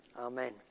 Amen